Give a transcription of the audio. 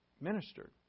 ministered